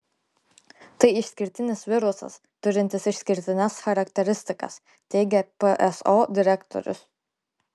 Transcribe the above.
tai išskirtinis virusas turintis išskirtines charakteristikas teigia pso direktorius